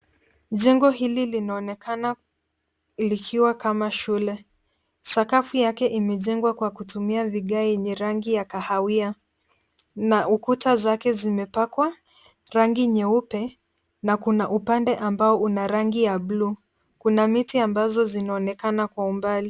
Jengo hili linaonekana likiwa kama shule. Sakafu yake imejengwa kwa kutumia vigae yenye rangi ya kahawia na ukuta zake zimepakwa rangi nyeupe na kuna upande ambao una rangi ya bluu. Kuna miti ambazo zinaonekana kwa umbali.